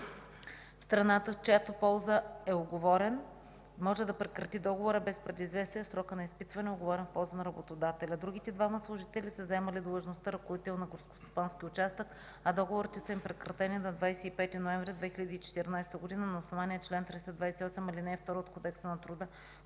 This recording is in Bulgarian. Страната, в чиято полза е уговорен, може да прекрати договора без предизвестие в срока на изпитване, уговорен в полза на работодателя. Другите двама служители са заемали длъжността ръководител на горско-стопански участък, а договорите им са прекратени на 25 ноември 2014 г. на основание чл. 328, ал. 2 от Кодекса на труда,